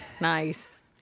Nice